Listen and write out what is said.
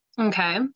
Okay